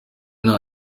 nta